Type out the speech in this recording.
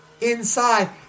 inside